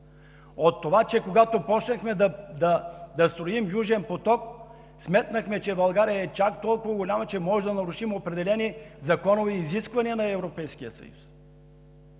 от това, че когато започнахме да строим „Южен поток“, сметнахме, че България е чак толкова голяма, че можем да нарушим определени законови изисквания на Европейския съюз.